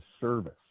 service